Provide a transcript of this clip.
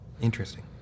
Interesting